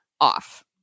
off